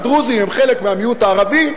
הדרוזים הם חלק מהמיעוט הערבי,